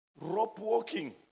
rope-walking